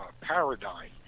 paradigm